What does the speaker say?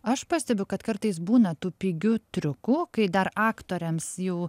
aš pastebiu kad kartais būna tų pigių triukų kai dar aktoriams jau